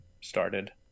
started